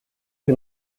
que